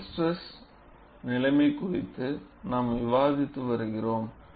plane stress நிலைமை குறித்து நாம் விவாதித்து வருகிறோம்